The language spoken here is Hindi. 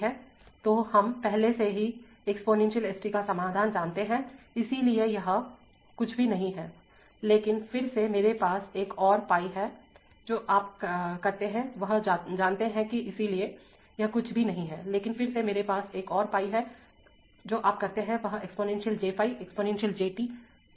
तो हम पहले से ही एक्सपोनेंशियल s t का समाधान जानते हैं इसलिए यह कुछ भी नहीं है लेकिन फिर से मेरे पास एक और पाई है जो आप करते हैं वह exponential j ϕ exponential j t है